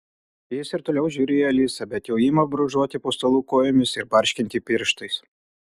jis ir toliau žiūri į alisą bet jau ima brūžuoti po stalu kojomis ir barškinti pirštais